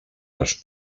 les